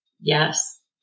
Yes